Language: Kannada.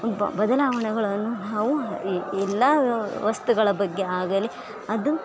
ಬ ಬದಲಾವಣೆಗಳನ್ನು ನಾವು ಎಲ್ಲ ವಸ್ತುಗಳ ಬಗ್ಗೆ ಆಗಲಿ ಅದು